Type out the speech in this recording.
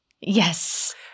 Yes